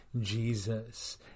Jesus